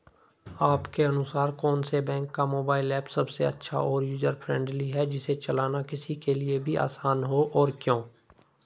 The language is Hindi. आपके अनुसार कौन से बैंक का मोबाइल ऐप सबसे अच्छा और यूजर फ्रेंडली है जिसे चलाना किसी के लिए भी आसान हो और क्यों?